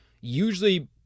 usually